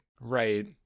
Right